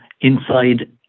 inside